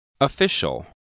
Official